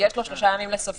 יש לו שלושה ימים לסופיות.